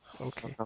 okay